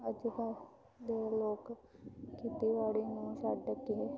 ਅੱਜ ਕੱਲ੍ਹ ਦੇ ਲੋਕ ਖੇਤੀਬਾੜੀ ਨੂੰ ਛੱਡ ਕੇ